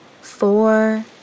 four